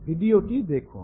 ভিডিওটি দেখুন